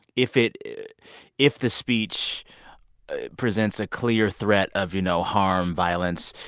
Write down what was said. if it it if this speech presents a clear threat of, you know, harm, violence,